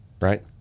right